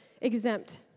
exempt